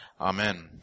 Amen